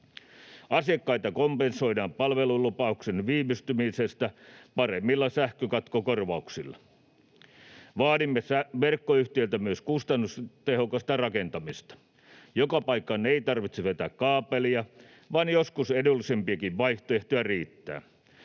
Asiakkaille kompensoidaan palvelulupauksen viivästymistä paremmilla sähkökatkokorvauksilla. Vaadimme verkkoyhtiöiltä myös kustannustehokasta rakentamista: joka paikkaan ei tarvitse vetää kaapelia, vaan joskus edullisempikin vaihtoehto riittää.